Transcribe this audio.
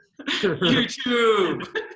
YouTube